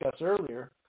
earlier